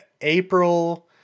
April